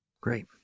Great